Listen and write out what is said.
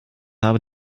habe